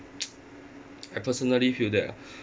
I personally feel that ah